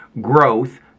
growth